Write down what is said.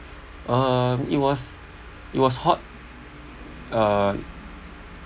um it was it was hot uh